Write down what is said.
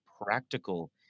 practical